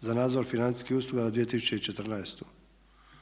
za nadzor financijskih usluga za 2014.